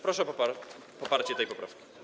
Proszę o poparcie tej poprawki.